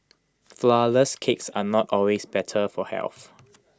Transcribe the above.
Flourless Cakes are not always better for health